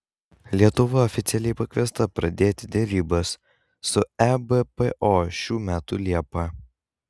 lietuva oficialiai pakviesta pradėti derybas su ebpo šių metų liepą